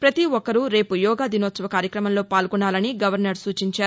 పతి ఒక్కరూ రేపు యోగా దినోత్సవం కార్యక్రమంలో పాల్గొనాలని గవర్నర్ సూచించారు